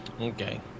okay